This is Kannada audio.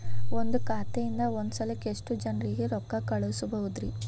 ಒಂದ್ ಖಾತೆಯಿಂದ, ಒಂದ್ ಸಲಕ್ಕ ಎಷ್ಟ ಜನರಿಗೆ ರೊಕ್ಕ ಕಳಸಬಹುದ್ರಿ?